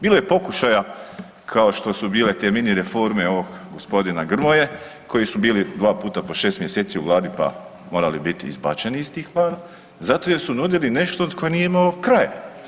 Bilo je pokušaja kao što su bile te mini reforme od gospodina Grmoje koji su bili 2 puta po 6 mjeseci u Vladi pa morali biti izbačeni iz tih .../nerazumljivo/... zato jer su nudili nešto tko nije imalo kraja.